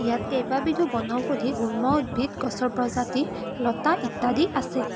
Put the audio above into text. ইয়াত কেইবাবিধো বনৌষধি গুল্ম উদ্ভিদ গছৰ প্ৰজাতি লতা ইত্যাদি আছে